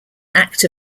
act